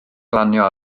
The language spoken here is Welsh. glanio